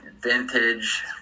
vintage